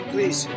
Please